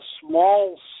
small